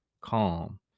calm